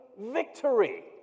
victory